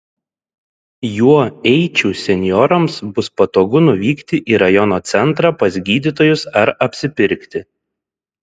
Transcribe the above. juo eičių senjorams bus patogu nuvykti į rajono centrą pas gydytojus ar apsipirkti